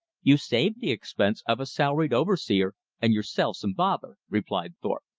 you saved the expense of a salaried overseer, and yourselves some bother, replied thorpe.